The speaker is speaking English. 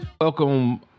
Welcome